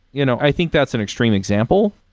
you know i think that's an extreme example.